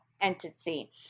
entity